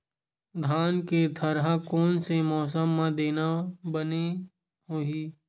धान के थरहा कोन से मौसम म देना बने होही?